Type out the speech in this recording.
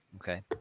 Okay